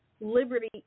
liberty